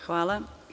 Hvala.